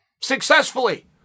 Successfully